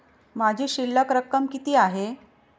माझी शिल्लक रक्कम किती आहे?